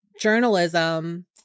journalism